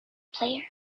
player